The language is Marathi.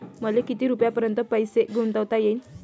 मले किती रुपयापर्यंत पैसा गुंतवता येईन?